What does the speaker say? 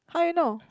how you know